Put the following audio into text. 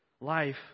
Life